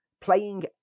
playing